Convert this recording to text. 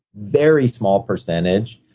very small percentage,